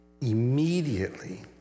immediately